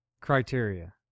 Criteria